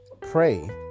pray